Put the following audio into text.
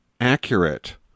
accurate